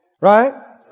Right